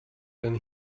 than